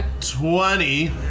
Twenty